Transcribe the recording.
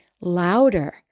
louder